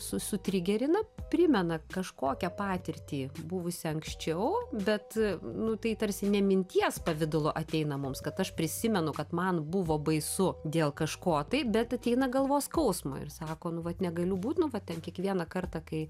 su sutrigerina primena kažkokią patirtį buvusią anksčiau bet nu tai tarsi ne minties pavidalu ateina mums kad aš prisimenu kad man buvo baisu dėl kažko tai bet ateina galvos skausmu ir sako nu vat negali būt nu va ten kiekvieną kartą kai